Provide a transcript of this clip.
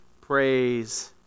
praise